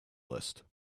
list